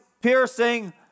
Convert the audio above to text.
piercing